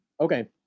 Okay